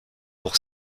pour